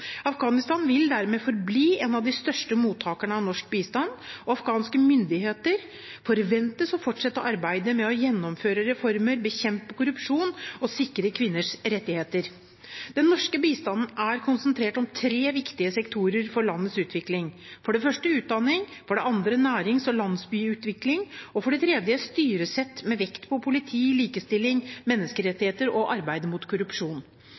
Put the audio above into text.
Afghanistan vil dermed forbli en av de største mottakerne av norsk bistand. Afghanske myndigheter forventes å fortsette arbeidet med å gjennomføre reformer, bekjempe korrupsjon og sikre kvinners rettigheter. Den norske bistanden er konsentrert om tre viktige sektorer for landets utvikling – for det første utdanning, for det andre nærings- og landsbygdutvikling og for det tredje styresett med vekt på politi, likestilling, menneskerettigheter og arbeid mot korrupsjon.